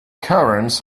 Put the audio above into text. currents